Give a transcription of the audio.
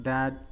Dad